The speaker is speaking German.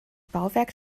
bauwerk